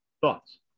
Thoughts